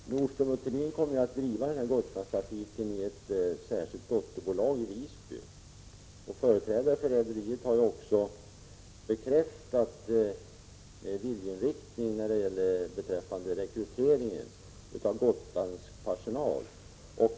Herr talman! Nordström & Thulin kommer att driva den här Gotlandstrafiken i ett särskilt dotterbolag i Visby. Företrädare för rederiet har också bekräftat sin viljeinriktning när det gäller att rekrytera personal från Gotland.